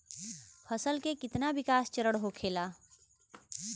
फसल के कितना विकास चरण होखेला?